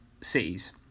cities